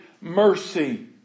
mercy